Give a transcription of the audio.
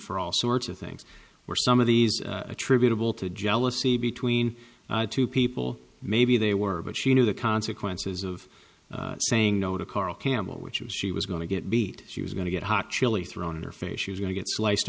for all sorts of things were some of these attributable to jealousy between two people maybe they were but she knew the consequences of saying no to carl campbell which was she was going to get beat she was going to get hot chili thrown in her face you're going to get sliced